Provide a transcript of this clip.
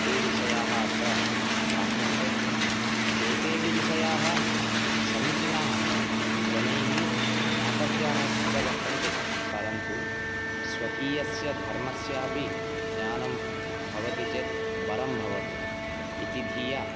ते विषयाः अत्र पाठ्यन्ते एतेपि विषयाः समीचिनाः जनैः ज्ञातव्याश्च वर्तन्ते परन्तु स्वकीयस्य धर्मस्यापि ज्ञानं भवति चेत् वरं भवति इति धिया